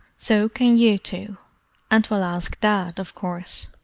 so can you two and we'll ask dad, of course.